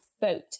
boat